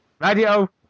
Radio